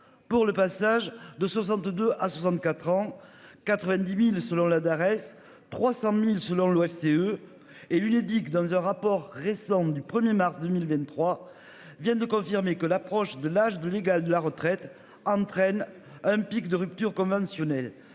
Pour le passage de 62 à 64 ans, 90.000 selon la Darès 300.000 selon l'OFCE et l'Unédic. Dans un rapport récent du 1er mars 2023. Viennent de confirmer que l'approche de l'âge de légal de la retraite entraînent un pic de rupture conventionnelle.